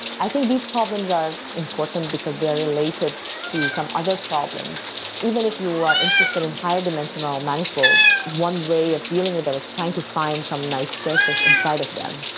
i think these problems are important because they are related to some other problems. even if you were interested in higher dimensional manifolds, one way of dealing with them is trying to find some nice surface inside of them.